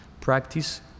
Practice